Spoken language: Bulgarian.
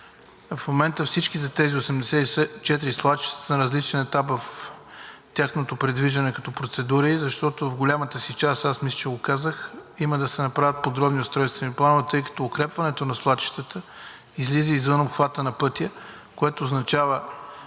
В момента всичките тези 84 свлачища са на различен етап в тяхното придвижване като процедури, защото в голямата си част – аз мисля, че го казах – има да се направят подробни устройствени планове, тъй като укрепването на свлачищата излиза извън обхвата на пътя, което означава,